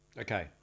okay